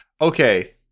Okay